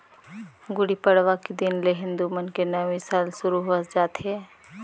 गुड़ी पड़वा के दिन ले हिंदू मन के नवी साल सुरू होवस जाथे